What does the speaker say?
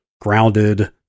grounded